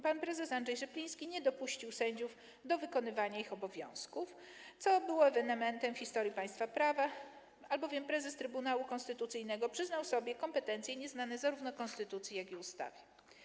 Pan prezes Andrzej Rzepliński nie dopuścił sędziów do wykonywania ich obowiązków, co było ewenementem w historii państwa prawa, albowiem prezes Trybunału Konstytucyjnego przyznał sobie kompetencje nieznane zarówno konstytucji, jak i ustawie.